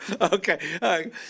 Okay